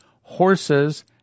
horses